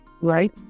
right